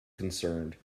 concerned